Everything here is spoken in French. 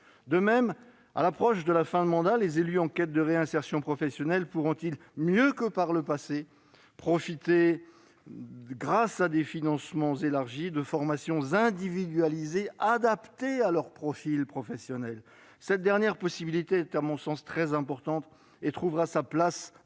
De même, à l'approche de la fin du mandat, les élus en quête de réinsertion professionnelle pourront mieux que par le passé profiter, grâce à des financements élargis, de formations individualisées adaptées à leur profil professionnel. Cette dernière possibilité est à mon sens très importante et trouvera sa place dans